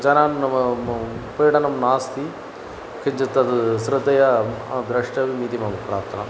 जनान् म् म् पीडनं नास्ति किञ्चित् तद् श्रद्धया द्रष्टव्यमिति मम प्रार्थना